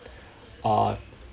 uh